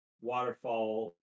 waterfall